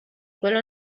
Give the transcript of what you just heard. quello